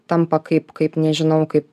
tampa kaip kaip nežinau kaip